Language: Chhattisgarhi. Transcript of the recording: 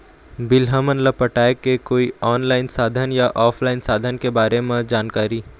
बिल हमन ला पटाए के कोई ऑनलाइन साधन या ऑफलाइन साधन के बारे मे जानकारी?